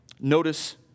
Notice